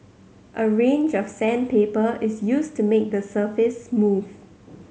a range of sandpaper is used to make the surface smooth